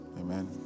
Amen